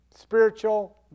spiritual